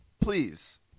Please